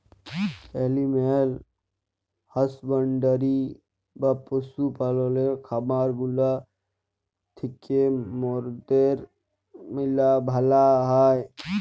animal husbandry বা পশু পাললের খামার গুলা থিক্যা মরদের ম্যালা ভালা হ্যয়